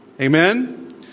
Amen